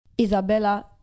Isabella